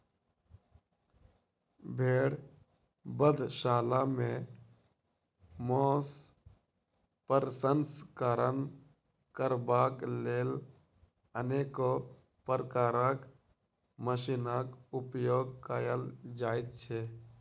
भेंड़ बधशाला मे मौंस प्रसंस्करण करबाक लेल अनेको प्रकारक मशीनक उपयोग कयल जाइत छै